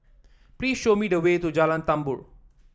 please show me the way to Jalan Tambur